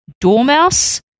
dormouse